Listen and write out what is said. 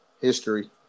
history